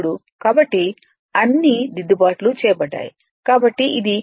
కాబట్టి అన్ని దిద్దుబాట్లు చేయబడ్డాయి కాబట్టి ఇది 6